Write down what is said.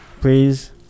Please